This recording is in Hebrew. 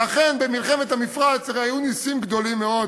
ואכן במלחמת המפרץ הרי היו נסים גדולים מאוד,